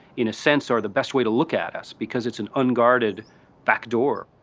in a sense, are the best way to look at us, because it's an unguarded backdoor.